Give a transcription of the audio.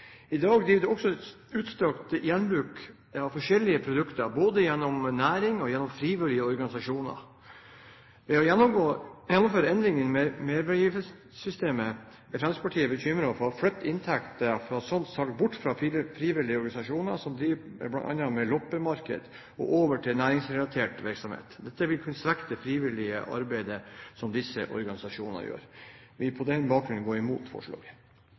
I dag drives det også en utstrakt gjenbruk av forskjellige produkter, både gjennom næring og gjennom frivillige organisasjoner. Ved å gjennomføre endringer i merverdiavgiftssystemet er Fremskrittspartiet bekymret for at en flytter inntektene fra slikt salg bort fra frivillige organisasjoner som driver bl.a. med loppemarked, og over til næringsrelatert virksomhet. Dette vil kunne svekke det frivillige arbeidet som disse organisasjonene gjør. Vi vil på denne bakgrunn gå mot forslaget.